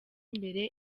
imbere